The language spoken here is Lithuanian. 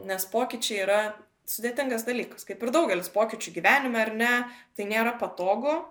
nes pokyčiai yra sudėtingas dalykas kaip ir daugelis pokyčių gyvenime ar ne tai nėra patogu